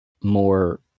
More